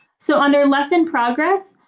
so under lesson progress,